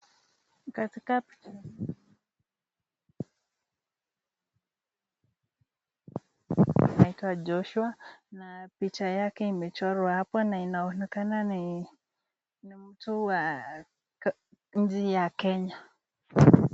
Katika picha hii, anaitwa Joshua na picha yake imechorwa hapo na inaonekana ni mtu wa nchi ya Kenya.